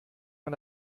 man